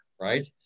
right